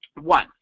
One